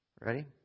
Ready